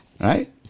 Right